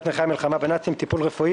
נכי המלחמה בנאצים (טיפול רפואי),